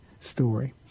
story